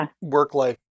work-life